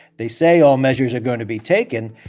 they say all measures are going to be taken,